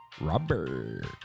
Robert